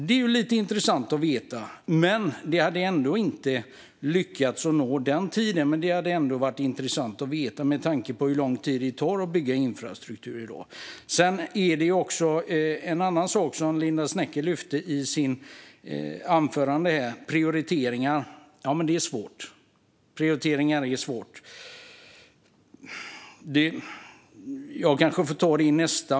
Det vore intressant att få veta. Det hade ändå inte lyckats nå den tid som Frankrike satt upp, men det vore intressant att få veta, med tanke på hur lång tid det tar att bygga infrastruktur i dag. En annan sak som Linda W Snecker lyfte upp i sitt anförande var prioriteringar. Det är svårt att prioritera.